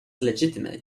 legitimate